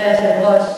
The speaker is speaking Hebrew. אדוני היושב-ראש,